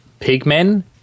pigmen